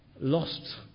lost